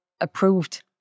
approved